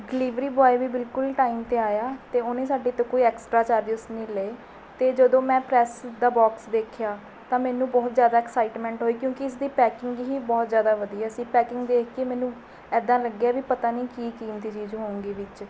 delivery boy ਵੀ ਬਿਲਕੁਲ time 'ਤੇ ਆਇਆ ਅਤੇ ਉਹਨੇ ਸਾਡੇ ਤੋਂ ਕੋਈ ਐਕਸਟਰਾ ਚਾਰਜਸ ਨਹੀਂ ਲਏ ਅਤੇ ਜਦੋਂ ਮੈਂ ਪ੍ਰੈੱਸ ਦਾ ਬੋਕਸ ਦੇਖਿਆ ਤਾਂ ਮੈਨੂੰ ਬਹੁਤ ਜਿਆਦਾ ਐਕਸਾਈਟਮੈਂਟ ਹੋਈ ਕਿਉਂਕਿ ਇਸਦੀ ਪੈਕਿੰਗ ਹੀ ਬਹੁਤ ਜਿਆਦਾ ਵਧੀਆ ਸੀ ਪੈਕਿੰਗ ਦੇਖ ਕੇ ਮੈਨੂੰ ਇੱਦਾਂ ਲੱਗਿਆ ਵੀ ਪਤਾ ਨਹੀਂ ਕੀ ਕੀਮਤੀ ਚੀਜ਼ ਹੋਵੇਗੀ ਵਿੱਚ